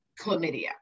chlamydia